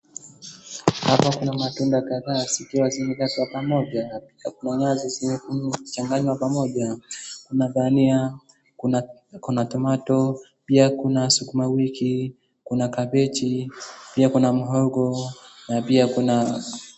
Hapa kuna matunda kadhaa zikiwa zimewekwa pamoja, zimechanganywa pamoja. Kuna dania, kuna tomato , pia kuna sukuma wiki, kuna kabeji, pia kuna muhongo na pia kuna.